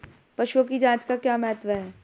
पशुओं की जांच का क्या महत्व है?